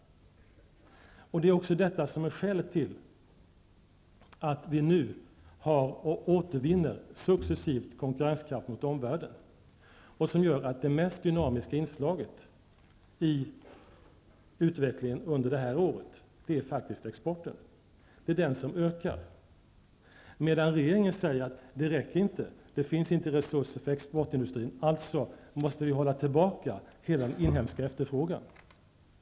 Det är också detta som är skälet till att vi nu successivt återvinner konkurrenskraft mot omvärlden och som gör att det mest dynamiska inslaget i utvecklingen under detta år faktiskt är exporten. Det är den som ökar. Regeringen säger däremot att detta inte räcker och att det inte finns resurser för exportindustrin, alltså måste vi hålla tillbaka hela den inhemska efterfrågan.